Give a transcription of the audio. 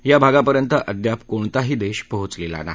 या भागापर्यंत अद्याप कोणताही देश पोहोचलेला नाही